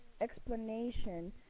explanation